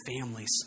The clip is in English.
families